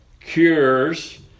cures